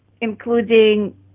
including